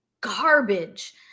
garbage